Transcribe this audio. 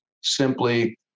simply